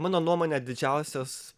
mano nuomone didžiausios